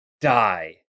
die